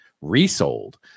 resold